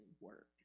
work